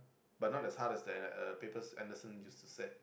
but not as hard and uh papers Anderson used to set